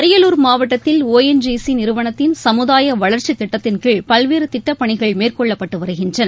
அரியலூர் மாவட்டத்தில் O N G C நிறுவனத்தின் சமுதாய வளர்ச்சி திட்டத்தின் கீழ பல்வேறு திட்டப்பணிகள் மேற்கொள்ளப்பட்டு வருகின்றன